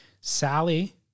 Sally